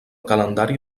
calendari